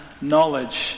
knowledge